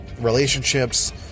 relationships